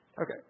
Okay